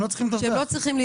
הם לא צריכים לדווח.